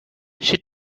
she